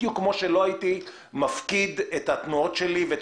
בדיוק כמו שלא הייתי מפקיד את התנועות שלי ואת